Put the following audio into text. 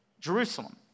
Jerusalem